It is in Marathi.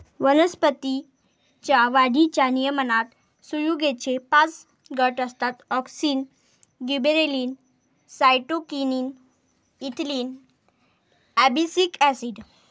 वनस्पतीं च्या वाढीच्या नियमनात संयुगेचे पाच गट असतातः auxin, gibberellin, cytokinin, ethylene, abscisic acid